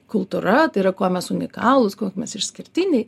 kultūra tai yra kuo mes unikalūs kuo mes išskirtiniai